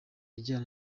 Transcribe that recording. ajyana